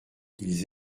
ils